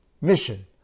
mission